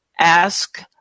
Ask